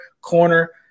corner